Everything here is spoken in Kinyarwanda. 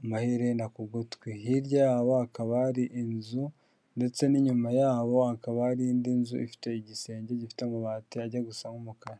amaherena ku gutwi hirya yaho hakaba hari inzu ndetse n'inyuma yabo hakaba hari indi nzu ifite igisenge gifite amabati ajya gusa umukara.